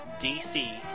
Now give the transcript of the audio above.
DC